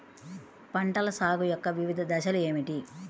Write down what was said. పంటల సాగు యొక్క వివిధ దశలు ఏమిటి?